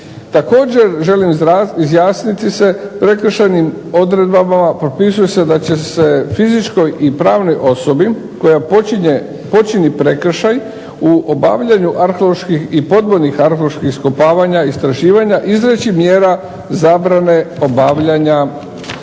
Također, želim izjasniti se prekršajnim odredbama propisuje se da će se fizičkoj i pravnoj osobi koja počini prekršaj u obavljanju arheoloških i podvodnih arheoloških iskopavanja, istraživanja izreći mjera zabrane obavljanja